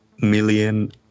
million